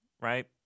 right